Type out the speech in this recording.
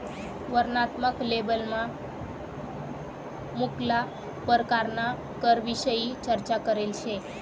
वर्णनात्मक लेबलमा मुक्ला परकारना करविषयी चर्चा करेल शे